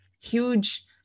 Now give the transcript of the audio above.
huge